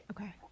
okay